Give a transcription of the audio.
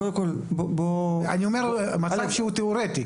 זהו מצב תיאורטי,